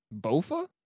Bofa